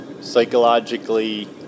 Psychologically